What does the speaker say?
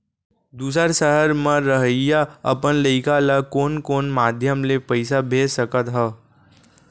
दूसर सहर म रहइया अपन लइका ला कोन कोन माधयम ले पइसा भेज सकत हव?